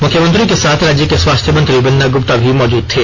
मुख्यमंत्री के साथ राज्य के स्वास्थ्य मंत्री बन्ना गुप्ता भी मौजूद थे